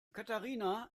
katharina